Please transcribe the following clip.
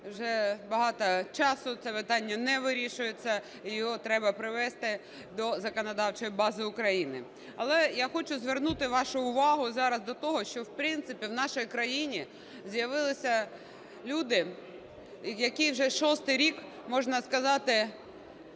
вже багато часу це питання не вирішується і його треба привести до законодавчої бази України. Але я хочу звернути вашу увагу зараз до того, що, в принципі, в нашій країні з'явилися люди, які вже шостий рік, можна сказати,